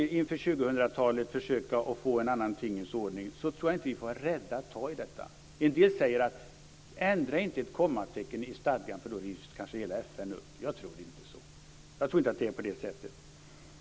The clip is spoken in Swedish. Om vi inför 2000-talet skall försöka få en annan tingens ordning, så tror jag inte att vi får vara rädda att ta i detta. En del säger att man inte skall ändra ett kommatecken i stadgan eftersom hela FN då kanske rivs upp. Jag tror inte att det är på det sättet.